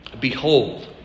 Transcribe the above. Behold